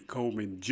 Coleman